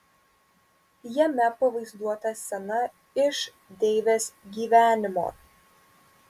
jame pavaizduota scena iš deivės gyvenimo